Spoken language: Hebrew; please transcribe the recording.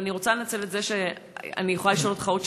אבל אני רוצה לנצל את זה שאני יכולה לשאול אותך עוד